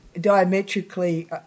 diametrically